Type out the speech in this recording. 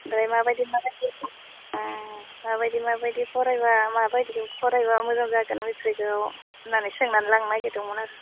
ओमफ्राय माबायदि माबायदि माबायदि माबायदि फरायोबा माबायदिखौ फरायोबा मोजां जागोन मेट्रिकआव होननानै सोंनानै लांनो नागिरदोंमोन आरो